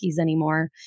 anymore